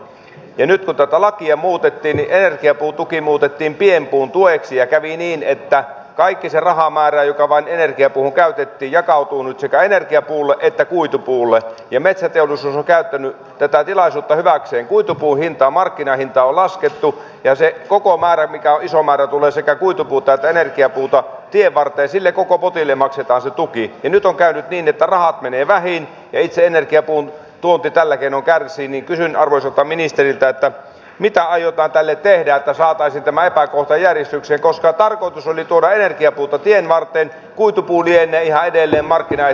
kenny takalakia muutettiin ja joku tuki muutettiin pienpuun tueksi ja kävi niin että kaikki se rahamäärä joka vain energiapuun käytön jakautunut ikäenergiapuulle että kuitupuulle ja metsät jo käyttänyt tätä tilaisuutta hyväkseen kuitupuun hinta markkinahinta on laskettu ja se koko määrä mikä on iso määrä tulee sekä kuitupuuta että energiapuuta tienvarteensille koko potille maksetaan se tukkii nyt on käynyt niin että raha menee vähi ei itse energiapuun tuonti tälläkin on kärsii niiden arvoiselta ministeriltä että mitä aiotaan tälle tehdään saataisiin tämä ei vaikuta järistyksiä koska tarkoitus oli tuoda energiapuuta tienvarteen kuitubudjetteja ja maku jäi